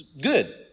Good